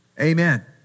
Amen